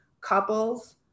couples